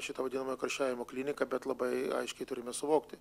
šita vadinama karščiavimo klinika bet labai aiškiai turime suvokti